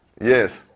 Yes